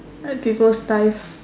like people's ties